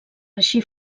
així